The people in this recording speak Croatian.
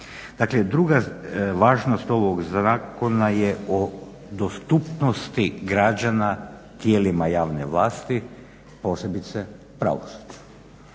Dakle, druga važnost ovog zakona je u dostupnosti građana tijelima javne vlasti posebice pravosuđu.